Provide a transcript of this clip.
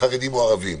חרדים או ערבים,